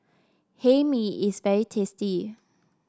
Hae Mee is very tasty